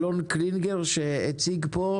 שמענו את אלון קנינגר שהציג אותם,